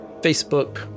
Facebook